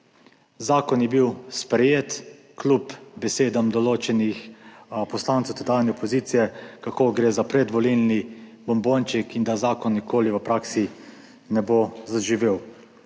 Zakon je bil sprejet kljub besedam določenih poslancev tedanje opozicije, kako gre za predvolilni bombonček in da zakon v praksi nikoli ne bo zaživel.